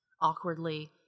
awkwardly